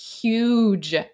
huge